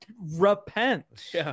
Repent